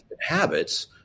habits